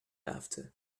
after